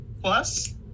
plus